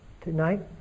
tonight